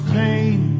pain